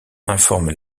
informe